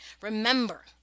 remember